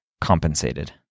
compensated